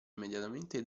immediatamente